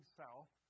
south